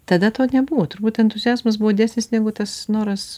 tada to nebuvo turbūt entuziazmas buvo didesnis negu tas noras